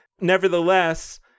nevertheless